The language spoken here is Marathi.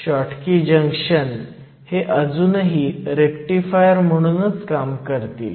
96 मिली अँपिअर आहे